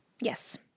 Yes